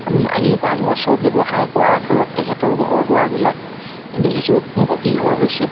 আজি পাঁচ বছৰ ব্যৱসায় কৰাৰ ফলত তেখেতৰ ঘৰ দুৱাৰবিলাক দেখিছোঁ পকীঘৰ হৈছে